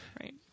Right